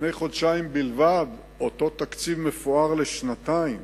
לפני חודשיים בלבד אותו תקציב מפואר לשנתיים